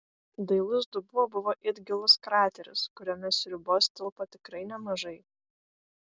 dailus dubuo buvo it gilus krateris kuriame sriubos tilpo tikrai nemažai